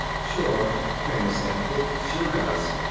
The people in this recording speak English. sure, kramer said. it sure does.